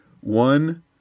one